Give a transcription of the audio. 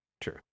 True